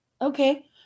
Okay